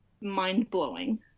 mind-blowing